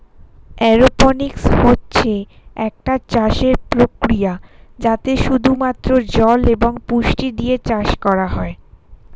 aeroponics হচ্ছে একটা চাষের প্রক্রিয়া যাতে শুধু মাত্র জল এবং পুষ্টি দিয়ে চাষ করা হয়